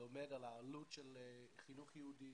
לומד על העלות של חינוך יהודי,